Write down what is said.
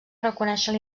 reconèixer